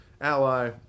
ally